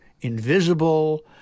invisible